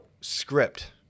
script